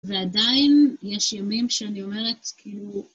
ועדיין יש ימים שאני אומרת, כאילו...